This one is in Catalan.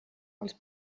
els